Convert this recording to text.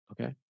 Okay